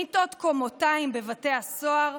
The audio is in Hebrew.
מיטות קומתיים בבתי הסוהר,